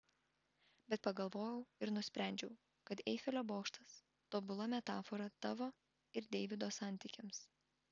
bet pagalvojau ir nusprendžiau kad eifelio bokštas tobula metafora tavo ir deivido santykiams